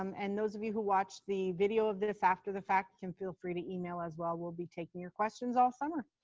um and those of you who watched the video of this after the fact you can feel free to email as well. we'll be taking your questions all summer.